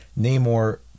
Namor